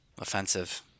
Offensive